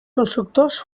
constructors